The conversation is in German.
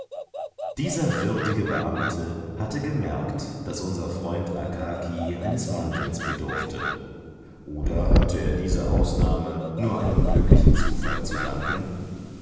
dieser würdige beamte hatte gemerkt daß unser freund akaki eines mantels bedurfte oder hatte er diese ausnahme nur einem glücklichen zufall zu danken